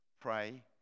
pray